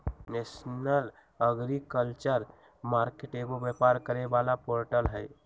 national agriculture market एगो व्यापार करे वाला पोर्टल हई